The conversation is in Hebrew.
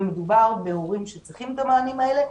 מדובר בהורים שצריכים את המענים האלה,